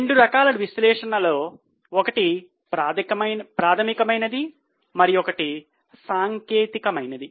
రెండు రకాల విశ్లేషణలు ఒకటి ప్రాథమికమైనవి మరొకటి సాంకేతికమైనవి